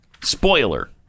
spoiler